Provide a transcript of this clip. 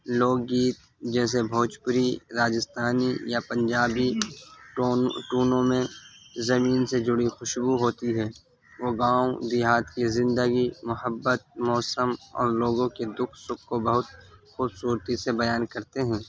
لوک گیت جیسے بھوجپوری راجستھانی یا پنجابی ٹون ٹونوں میں زمین سے جڑی خوشبو ہوتی ہے وہ گاؤں دیہات کی زندگی محبت موسم اور لوگوں کے دکھ سکھ کو بہت خوبصورتی سے بیان کرتے ہیں